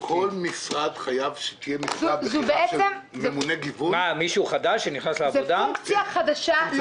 בכנסת העשרים היה לי דיאלוג פורה מאוד עם שר העבודה והרווחה דאז,